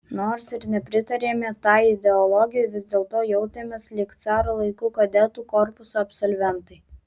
nors ir nepritarėme tai ideologijai vis dėlto jautėmės lyg caro laikų kadetų korpuso absolventai